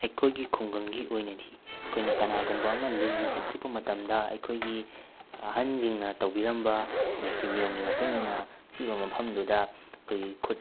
ꯑꯩꯈꯣꯏꯒꯤ ꯈꯨꯡꯒꯪꯒꯤ ꯑꯣꯏꯅꯗꯤ ꯑꯩꯈꯣꯏꯅ ꯀꯅꯥꯒꯨꯝꯕ ꯑꯃ ꯂꯤꯟꯅ ꯍꯦꯛ ꯆꯤꯛꯄ ꯃꯇꯝꯗ ꯑꯩꯈꯣꯏꯒꯤ ꯑꯍꯟꯁꯤꯡꯅ ꯇꯧꯕꯤꯔꯝꯕ ꯑꯩꯈꯣꯏ ꯅꯤꯇꯤ ꯅꯤꯌꯣꯝꯒꯤ ꯃꯇꯨꯡ ꯏꯟꯅ ꯆꯤꯛꯏꯕ ꯃꯐꯝꯗꯨꯗ ꯑꯩꯈꯣꯏꯒꯤ ꯈꯨꯠ